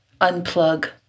unplug